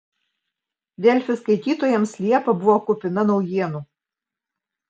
delfi skaitytojams liepa buvo kupina naujienų